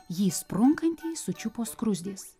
jį sprunkantį sučiupo skruzdės